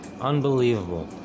Unbelievable